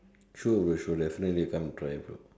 true true definitely some drive